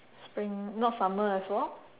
spring not summer as well